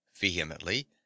vehemently